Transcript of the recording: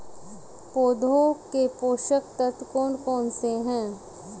पौधों के पोषक तत्व कौन कौन से हैं?